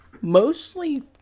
mostly